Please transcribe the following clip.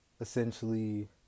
essentially